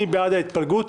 מי בעד ההתפלגות?